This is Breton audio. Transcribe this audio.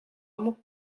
mañ